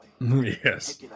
yes